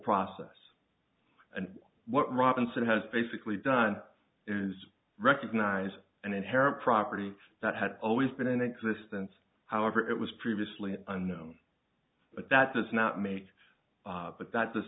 process and what robinson has basically done is recognize an inherent property that had always been in existence however it was previously unknown but that does not make but that does